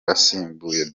asimbuye